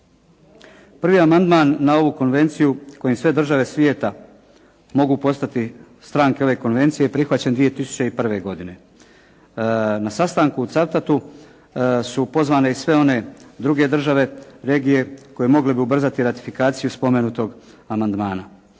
Prvi amandman na ovu Konvenciju kojim sve države svijeta mogu postati stranke ove Konvencije je prihvaćen 2001. godine. Na sastanku u Cavtatu su pozvane i sve one druge države, regije koje mogle bi ubrzati ratifikaciju spomenutog amandmana.